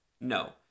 no